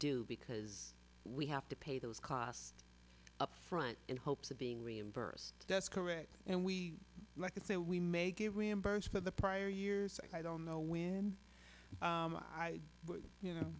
do because we have to pay those costs up front in hopes of being reimbursed that's correct and we can say we may get reimbursed for the prior years i don't know when i you know